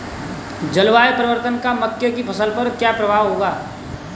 जलवायु परिवर्तन का मक्के की फसल पर क्या प्रभाव होगा?